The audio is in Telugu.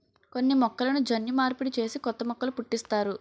కొన్ని మొక్కలను జన్యు మార్పిడి చేసి కొత్త మొక్కలు పుట్టిస్తారు